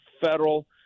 federal